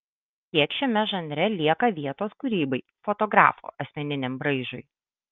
kiek šiame žanre lieka vietos kūrybai fotografo asmeniniam braižui